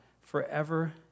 forever